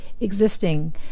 existing